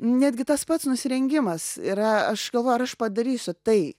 netgi tas pats nusirengimas yra aš galvoju ar aš padarysiu tai